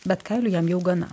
bet kailių jam jau gana